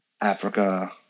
Africa